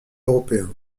européen